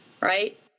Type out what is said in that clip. right